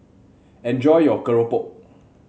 enjoy your keropok